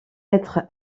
être